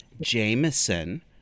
Jameson